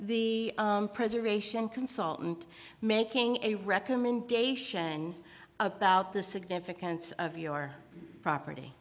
the preservation consultant making a recommendation about the significance of your property